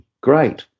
Great